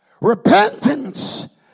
Repentance